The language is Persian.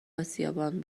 اسیابان